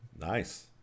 Nice